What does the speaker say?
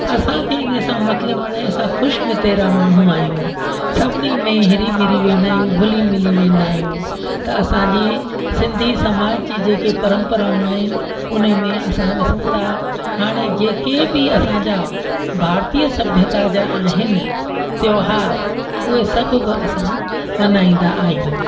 असां खे इन सां मतिलबु न असां ख़ुशि मितेरा माण्हू आहियूं सभिनी में हिरी मिली वेंदा आहियूं गुली मिली वेंदा आहियूं त असां जी सिंधी समाज जी जेके परम्पराऊं आहिनि उन में असां ॾिसूं था हाणे जेके बि असां जा भारतीय सभ्यता जा आहिनि त्योहार उहे सभु बि असां मल्हाईंदा आहियूं